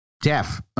deaf